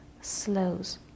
slows